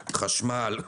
חשמל,